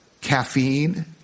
Caffeine